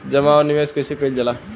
जमा और निवेश कइसे कइल जाला?